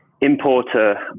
importer